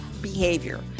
behavior